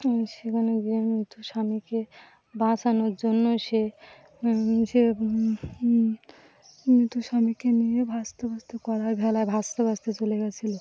সেখানে গিয়ে মৃত স্বামীকে বাঁচানোর জন্য সে মৃত স্বামীকে নিয়ে ভাসতে ভাসতে কলার ভেলায় ভাসতে ভাসতে চলে গেছিলো